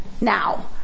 now